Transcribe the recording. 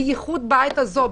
בייחוד בעת הזאת,